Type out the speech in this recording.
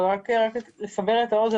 אבל רק לסבר את האוזן.